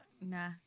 Nah